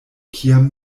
kiam